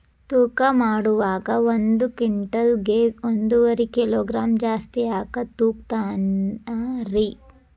ತೂಕಮಾಡುವಾಗ ಒಂದು ಕ್ವಿಂಟಾಲ್ ಗೆ ಒಂದುವರಿ ಕಿಲೋಗ್ರಾಂ ಜಾಸ್ತಿ ಯಾಕ ತೂಗ್ತಾನ ರೇ?